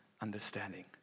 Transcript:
understanding